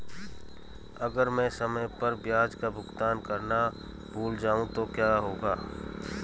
अगर मैं समय पर ब्याज का भुगतान करना भूल जाऊं तो क्या होगा?